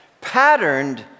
patterned